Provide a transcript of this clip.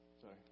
Sorry